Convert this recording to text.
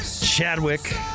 Chadwick